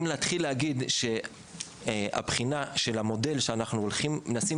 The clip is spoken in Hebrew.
אם נתחיל להגיד שהבחינה של המודל שאנחנו מנסים